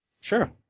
Sure